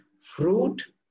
fruit